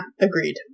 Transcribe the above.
agreed